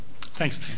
Thanks